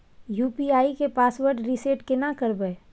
UPI के password reset केना करबे?